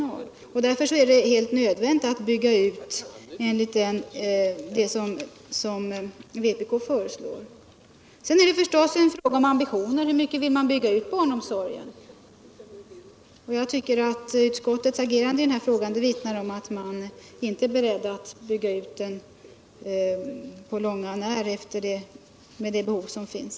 Därför är det helt nödvändigt att bygga ut enligt vpk:s förslag. Det är givetvis också en fråga om ambitioner. Hur mycket vill man bygga ut barnomsorgen? Jag tycker att utskottets agerande i den här frågan vittnar om att man inte är beredd att på långt när bygga ut efter det behov som finns.